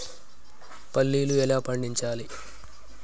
పల్లీలు ఎలా పండించాలి?